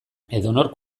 edonork